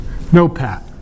NOPAT